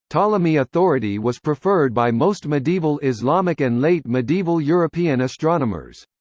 ptolemy's authority was preferred by most medieval islamic and late medieval european astronomers.